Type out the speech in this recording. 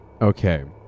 Okay